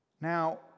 Now